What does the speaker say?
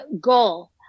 goal